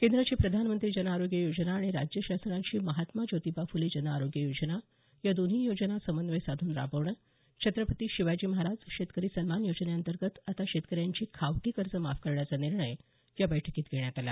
केंद्राची प्रधानमंत्री जनआरोग्य योजना आणि राज्य शासनाची महात्मा ज्योतिबा फुले जनआरोग्य योजना या दोन्ही योजना समन्वय साधून राबवणं छत्रपती शिवाजी महाराज शेतकरी सन्मान योजनेंतर्गत आता शेतकऱ्यांची खावटी कर्जे माफ करण्याचा निर्णय या बैठकीत घेण्यात आला